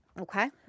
Okay